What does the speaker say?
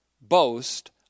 boast